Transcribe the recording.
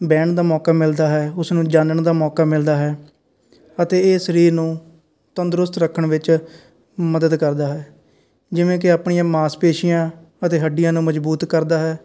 ਬਹਿਣ ਦਾ ਮੌਕਾ ਮਿਲਦਾ ਹੈ ਉਸ ਨੂੰ ਜਾਣਨ ਦਾ ਮੌਕਾ ਮਿਲਦਾ ਹੈ ਅਤੇ ਇਹ ਸਰੀਰ ਨੂੰ ਤੰਦਰੁਸਤ ਰੱਖਣ ਵਿੱਚ ਮਦਦ ਕਰਦਾ ਹੈ ਜਿਵੇਂ ਕਿ ਆਪਣੀਆਂ ਮਾਸਪੇਸ਼ੀਆਂ ਅਤੇ ਹੱਡੀਆਂ ਨੂੰ ਮਜ਼ਬੂਤ ਕਰਦਾ ਹੈ